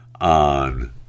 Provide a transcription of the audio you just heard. on